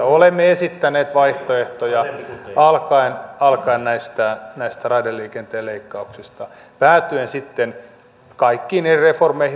olemme esittäneet vaihtoehtoja alkaen näistä raideliikenteen leikkauksista päätyen sitten kaikkiin niihin reformeihin muun muassa tähän soteen